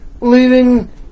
leaving